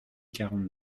quarante